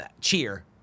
cheer